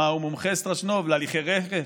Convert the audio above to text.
מה, הוא מומחה, סטרשנוב, להליכי רכש?